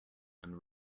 and